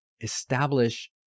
establish